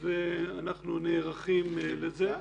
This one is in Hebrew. אנחנו נערכים לזה.